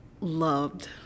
loved